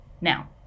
Now